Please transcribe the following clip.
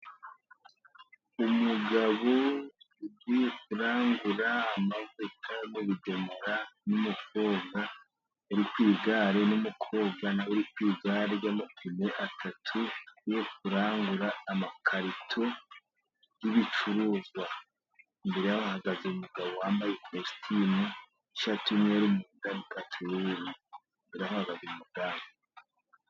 Umugabo ugiye kurangura amavuta y' amadomora n'umukobwa yari kwiga igare n'umukobwa nawe uri ku iga ry'amapine atatu, iyo kurangura amakarito y'ibicuruzwa imbere byahagaze umugabo wambaye ikositimu ishati y'umweru yari mu kagari ka kireru barahabwa umudali.